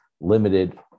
limited